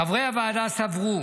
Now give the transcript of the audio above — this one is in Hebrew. חברי הוועדה סברו